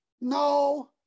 no